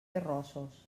terrossos